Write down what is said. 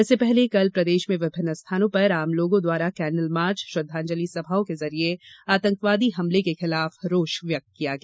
इससे पहले कल प्रदेश में विभिन्न स्थानों पर आम लोगों द्वारा केंडल मार्च श्रद्वांजलि सभाओं के जरिए आतंकवादी हमले के खिलाफ रोश व्यक्त किया गया